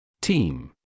Team